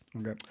Okay